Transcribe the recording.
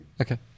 Okay